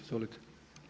Izvolite.